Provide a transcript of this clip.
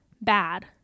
bad